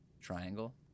triangle